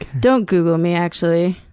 don't google me, actually.